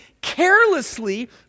carelessly